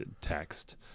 text